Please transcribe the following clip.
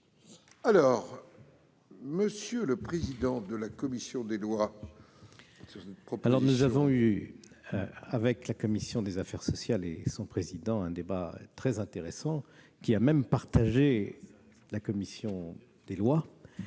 monsieur le président de la commission des lois.